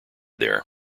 there